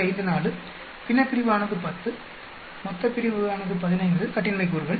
54 பின்னப்பிரிவு ஆனது 10 மொத்தப்பிரிவு ஆனது 15 கட்டின்மை கூறுகள்